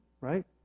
right